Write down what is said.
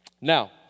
Now